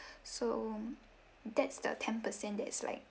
so that's the ten percent that's like